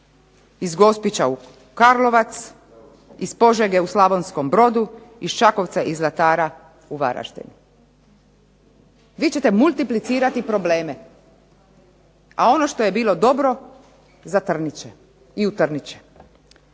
iz Gospića u Karlovac, iz Požege u Slavonskom Brodu, iz Čakovca i Zlatara u Varaždin? Vi ćete multiplicirati probleme, a ono što je bilo dobro zatrnit će i utrnit će.